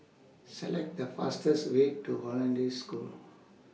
Select The fastest Way to Hollandse School